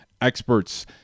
experts